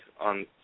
on